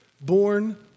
born